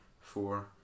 four